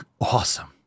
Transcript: awesome